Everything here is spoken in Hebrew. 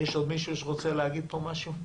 יש עוד מישהו שרוצה להגיד פה משהו?